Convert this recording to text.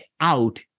out